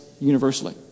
universally